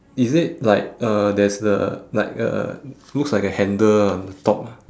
is it like uh there's the like uh looks like a ah on the top